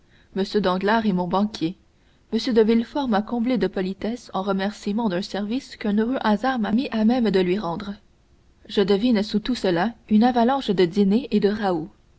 m danglars est mon banquier m de villefort m'a comblé de politesse en remerciement d'un service qu'un heureux hasard m'a mis à même de lui rendre je devine sous tout cela une avalanche de dîners et de